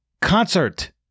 concert